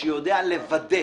שיודע לוודא